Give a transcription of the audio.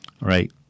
right